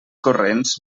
corrents